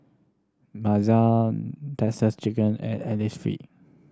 Texas Chicken and Innisfree